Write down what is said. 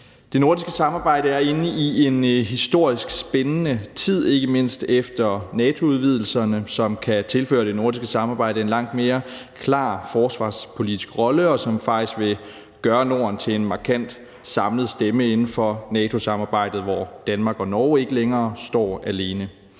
Det nordiske samarbejde er inde i en historisk spændende tid, ikke mindst efter NATO-udvidelserne, som kan tilføre det nordiske samarbejde en langt mere klar forsvarspolitisk rolle, og som faktisk vil gøre Norden til en markant, samlet stemme inden for NATO-samarbejdet, hvor Danmark og Norge ikke længere står alene.